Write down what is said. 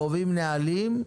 קובעים נהלים,